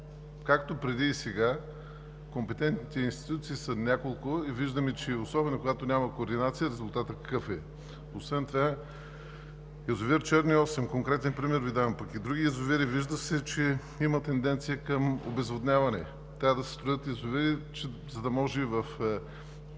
Както преди, и сега компетентните институции са няколко, и виждаме, особено когато няма координация, резултатът какъв е. Освен това за язовир „Черни Осъм“ – конкретен пример Ви давам, пък и за други язовири, вижда се, че има тенденция към обезводняване. Трябва да се строят язовири, за да може в